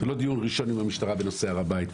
זה לא הדיון הראשון עם המשטרה בנושא הר הבית,